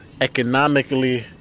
economically